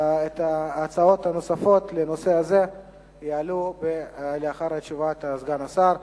ההצעות הנוספות לנושא הזה יעלו לאחר תשובת סגן השר.